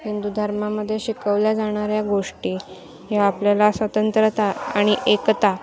हिंदू धर्मामध्ये शिकवल्या जाणाऱ्या गोष्टी ह्या आपल्याला स्वतंत्रता आणि एकता